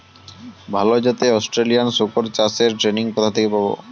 ভালো জাতে অস্ট্রেলিয়ান শুকর চাষের ট্রেনিং কোথা থেকে পাব?